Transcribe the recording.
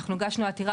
אנחנו הגשנו עתירה,